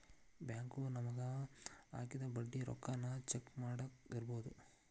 bank ನಮಗ ಹಾಕಿದ ಬಡ್ಡಿ ರೊಕ್ಕಾನ ಚೆಕ್ ಮಾಡ್ಕೊತ್ ಇರ್ಬೊದು